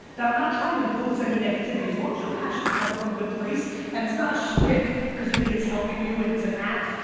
that i'm not trying to impose any negativity, as long as your passion is coming from a good place and it's not a shtick cause you think it's helping you and it's an act,